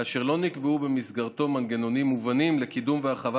כאשר לא נקבעו במסגרתו מנגנונים מובנים לקידום והרחבה